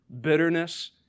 bitterness